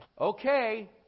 Okay